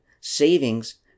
savings